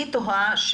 היא תוהה,